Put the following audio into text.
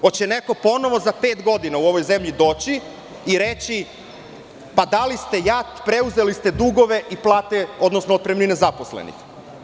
Hoće li neko ponovo za pet godina u ovoj zemlji doći i reći – dali ste JAT, preuzeli ste dugove i plate, odnosno otpremnine zaposlenih.